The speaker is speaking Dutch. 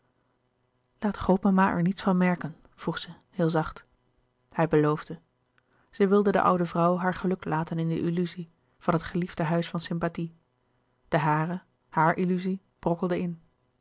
laat grootmama er niets van merken vroeg zij heel zacht hij beloofde zij wilde de oude vrouw haar geluk laten in de illuzie van het geliefde huis van sympathie de hare hare illuzie brokkelde in